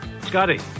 Scotty